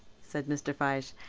said mr. fyshe,